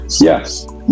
Yes